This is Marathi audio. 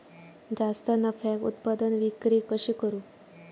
जास्त नफ्याक उत्पादन विक्री कशी करू?